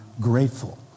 grateful